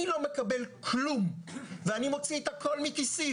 אני לא מקבל כלום ואני מוציא את הכול מכיסי